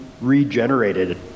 Regenerated